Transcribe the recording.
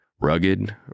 Rugged